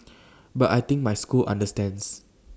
but I think my school understands